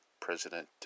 President